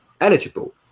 eligible